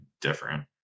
different